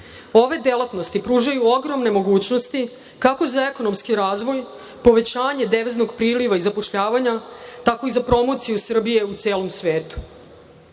ove delatnosti pružaju ogromne mogućnosti, kako za ekonomski razvoj, povećanje deviznog priliva i zapošljavanja, tako i za promociju Srbije u celom svetu.